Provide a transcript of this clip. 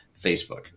Facebook